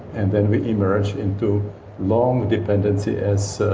and then we emerge into long dependency as